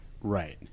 right